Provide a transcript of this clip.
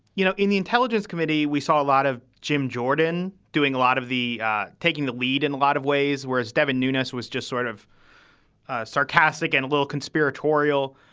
you know, in the intelligence committee, we saw a lot of jim jordan doing a lot of the taking the lead in and a lot of ways, whereas devin nunes was just sort of sarcastic and a little conspiratorial,